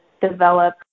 develop